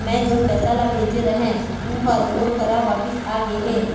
मै जोन पैसा ला भेजे रहें, ऊ हर मोर करा वापिस आ गे हे